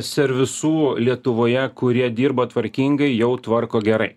servisų lietuvoje kurie dirba tvarkingai jau tvarko gerai